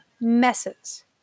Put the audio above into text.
messes